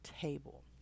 table